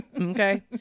Okay